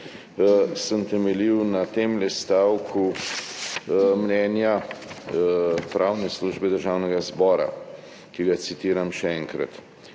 sem temeljil na tem stavku mnenja pravne službe Državnega zbora, ki ga citiram še enkrat: